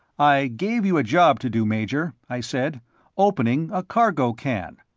i gave you a job to do, major, i said opening a cargo can.